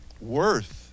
worth